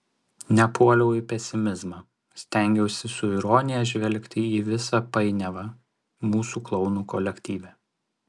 nepuoliau į pesimizmą stengiausi su ironija žvelgti į visą painiavą mūsų klounų kolektyve